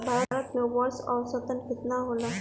भारत में वर्षा औसतन केतना होला?